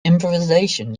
improvisation